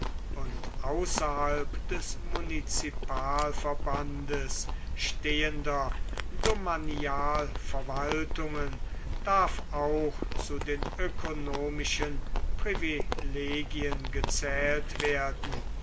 und außerhalb des munizipalverbandes stehender domanialverwaltungen darf auch zu den ökonomischen privilegien gezählt werden